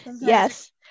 Yes